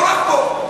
לא רק פה.